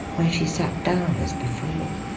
where she sat down as before.